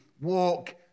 walk